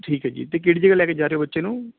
ਠੀਕ ਹੈ ਜੀ ਅਤੇ ਕਿਹੜੀ ਜਗ੍ਹਾ ਲੈ ਕੇ ਜਾ ਰਹੇ ਬੱਚੇ ਨੂੰ